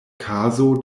kazo